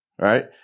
right